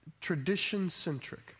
tradition-centric